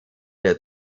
der